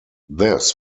this